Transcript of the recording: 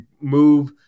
move